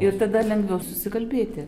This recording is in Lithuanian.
ir tada lengviau susikalbėti